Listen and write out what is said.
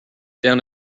down